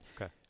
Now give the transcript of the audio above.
Okay